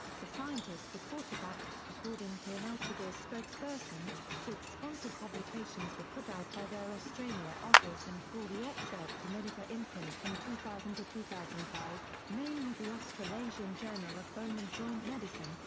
the scientist reported that, according to an elsevier spokesperson, six sponsored publications were put out by their australia office and bore the excerpta medica imprint from two thousand to two thousand and five, namely the australasian journal of bone and joint medicine,